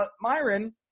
Myron